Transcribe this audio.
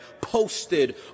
posted